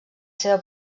seva